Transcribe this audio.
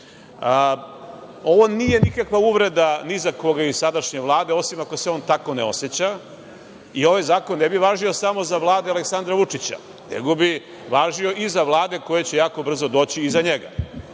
nije nikakva uvreda ni za koga iz sadašnje Vlade, osim ako se on tako ne oseća, i ovaj zakon ne bi važio samo za vlade Aleksandra Vučića, nego bi važio i za vlade koje će jako brzo doći iza njega